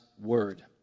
word